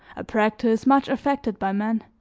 a practise much affected by men